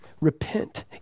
Repent